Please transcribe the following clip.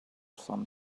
some